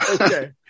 okay